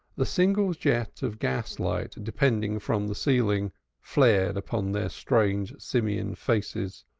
the single jet of gas-light depending from the ceiling flared upon the strange simian faces,